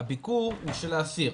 הביקור הוא של האסיר,